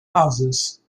houses